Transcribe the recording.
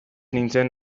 nintzen